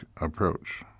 approach